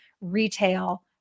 retail